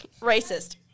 Racist